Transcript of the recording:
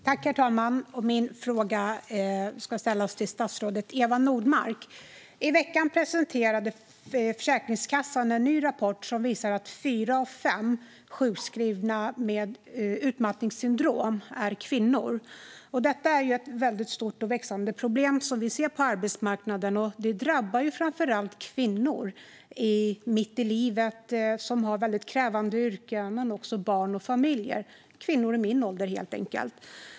Herr talman! Jag ställer min fråga till statsrådet Eva Nordmark. I veckan presenterade Försäkringskassan en ny rapport som visar att fyra av fem sjukskrivna med utmattningssyndrom är kvinnor. Detta är ett väldigt stort och växande problem som vi ser på arbetsmarknaden. Det drabbar framför allt kvinnor mitt i livet med väldigt krävande yrken men också barn och familjer - kvinnor i min ålder, helt enkelt.